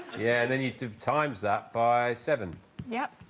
yeah, and then you div times that by seven yep